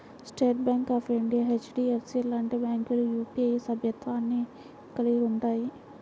state Bank of India, HDFC లాంటి బ్యాంకులు UPI సభ్యత్వాన్ని కలిగి ఉంటయ్యి